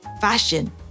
fashion